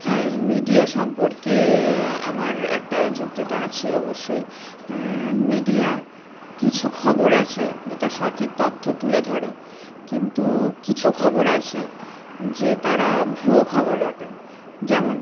হ্যাঁ মিডিয়া সম্পর্কে আমার একটা যুক্তি তো আছে অবশ্যই মিডিয়া কিছু খবর আছে যেটা সঠিক তথ্য তুলে ধরে কিন্তু কিছু খবর আছে যে তারা ভুয়ো খবর রটায় যেমন